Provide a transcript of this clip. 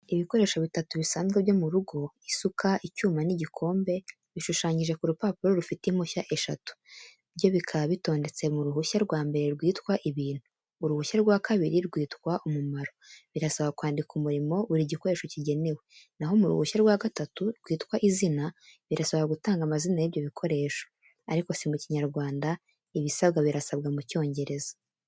Ibikoresho bitatu bisanzwe byo mu rugo: isuka, icyuma n'igikombe. Bishushanyije ku rupapuro rufite impushya eshatu, byo bikaba bitondetse mu rushushya rwa mbere rwitwa ibintu. Uruhushya rwa kabiri, rwitwa umumaro, barasaba kwandika umurimo buri gikoresho kigenewe, naho mu ruhushya rwa gatatu, rwitwa izina, barasaba gutanga amazina y'ibyo bikoresho. Ariko si mu Kinyarwanda, ibisabwa birasabwa mu Cyongereza.